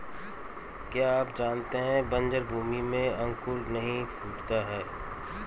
क्या आप जानते है बन्जर भूमि में अंकुर नहीं फूटता है?